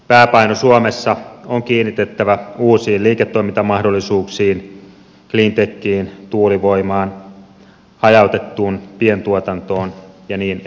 pääpaino suomessa on kiinnitettävä uusiin liiketoimintamahdollisuuksiin cleantechiin tuulivoimaan hajautettuun pientuotantoon ja niin edespäin